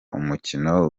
umukino